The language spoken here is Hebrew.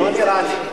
לא נראה לי.